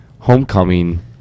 Homecoming